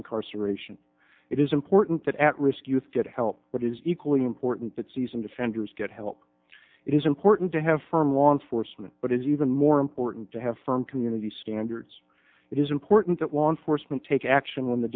incarceration it is important that at risk youth get help what is equally important that season defenders get help it is important to have firm law enforcement but it is even more important to have firm community standards it is important that law enforcement take action when the